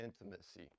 intimacy